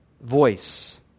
voice